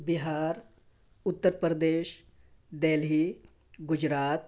Bihar Uttar Pradesh Delhi Gujarat